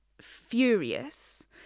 furious